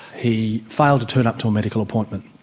he failed to turn up to a medical appointment,